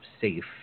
safe